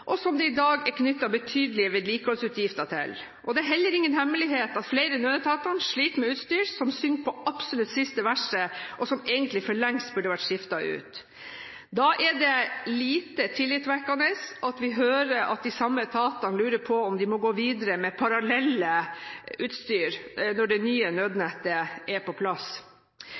som det i dag er knyttet betydelige vedlikeholdsutgifter til. Det er heller ingen hemmelighet at flere av nødetatene sliter med utstyr som synger på absolutt siste verset, og som egentlig for lengst burde vært skiftet ut. Da er det lite tillitvekkende når vi hører at de samme etatene lurer på om de må gå videre med parallelle utstyr når det nye nødnettet er på plass.